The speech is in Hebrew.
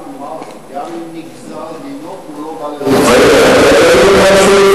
אני, גם אם נגזר דינו, תן לי להמשיך.